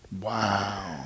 wow